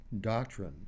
doctrine